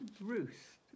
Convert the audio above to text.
Ruth